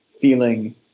feeling